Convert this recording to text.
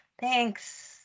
thanks